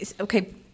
Okay